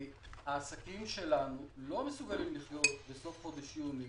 העסקים שלנו לא מסוגלים לחיות בסוף חודש יוני